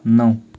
नौ